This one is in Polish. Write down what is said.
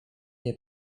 nie